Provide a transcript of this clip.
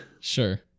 Sure